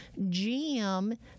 GM